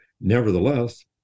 nevertheless